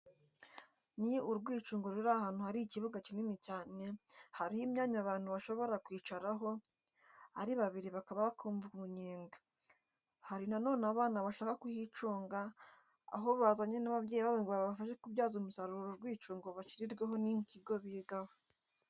Ni urwicungo ruri ahantu hari ikibuga kinini cyane, hariho imyanya abantu bashobora kwicaraho ari babiri bakaba bakumva urunyenga, hari na none abana bashaka kuhicunga aho bazanye n'ababyeyi babo ngo babafashe kubyaza umusaruro uru rwicungo bashyirirweho n'ikigo bigaho.